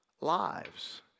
lives